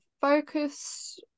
focus